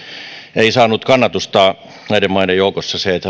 ei saanut kannatusta näiden maiden joukossa se että